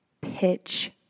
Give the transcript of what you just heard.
pitch